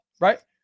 right